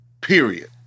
period